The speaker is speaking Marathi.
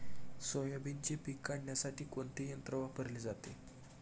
सोयाबीनचे पीक काढण्यासाठी कोणते यंत्र वापरले जाते?